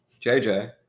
JJ